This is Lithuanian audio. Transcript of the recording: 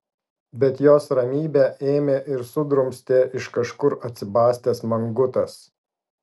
bet jos ramybę ėmė ir sudrumstė iš kažkur atsibastęs mangutas